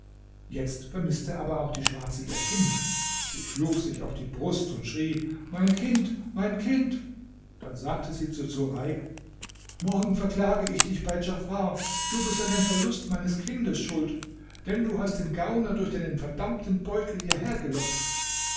jetzt vermißte aber auch die schwarze ihr kind sie schlug sich auf die brust und schrie mein kind mein kind dann sagte sie zu sureik morgen verklage ich dich bei djafar du bist an dem verlust meines kindes schuld denn du hast den gauner durch deinen verdammten beutel hierher gelockt